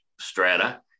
strata